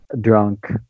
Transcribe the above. drunk